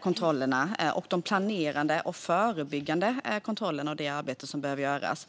kontrollerna, de planerade och förebyggande kontrollerna och det arbete som behöver göras.